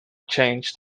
changed